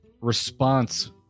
response